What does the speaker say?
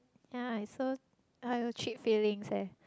ya it's so !aiyo! cheat feelings eh